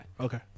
Okay